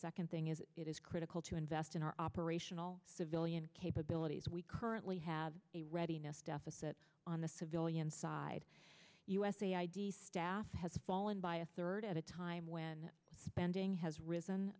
second thing is it is critical to invest in our operational civilian capabilities we currently have a readiness deficit on the civilian side usa id staff has fallen by a third at a time when spending has risen